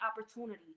opportunity